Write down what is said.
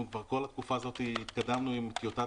אנחנו כבר כל התקופה הזאת התקדמנו עם טיוטת